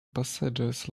passages